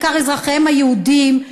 בעיקר אזרחיהם היהודים,